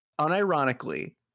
unironically